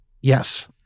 Yes